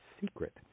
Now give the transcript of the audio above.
secret